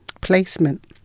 placement